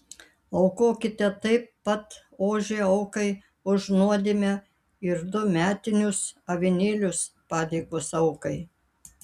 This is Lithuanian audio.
aukokite taip pat ožį aukai už nuodėmę ir du metinius avinėlius padėkos aukai